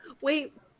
Wait